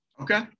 Okay